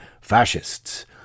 fascists